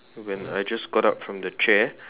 when I just got up from the chair